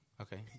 Okay